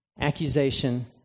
accusation